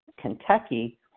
kentucky